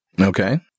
Okay